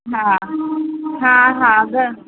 हा हा हा हा